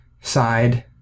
side